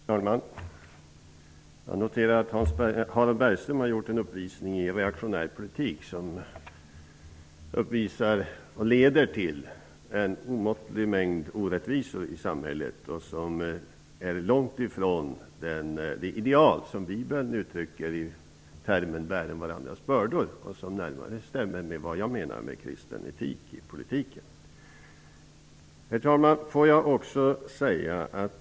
Herr talman! Jag noterar att Harald Bergström har gjort en uppvisning i reaktionär politik som leder till en omåttlig mängd orättvisor i samhället. Den ligger långt ifrån det ideal som bibeln uttrycker i termen ''Bären varandras bördor''. Den stämmer närmare med det jag menar med kristen etik i politiken. Herr talman!